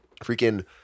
freaking